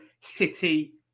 City